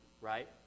right